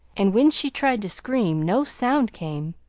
and when she tried to scream no sound came.